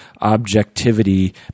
objectivity